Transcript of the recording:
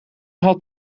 had